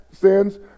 sins